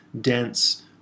dense